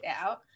out